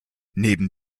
neben